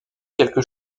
quelque